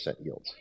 yields